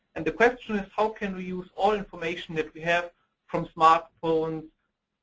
and the question is, how can we use all information that we have from smart phones,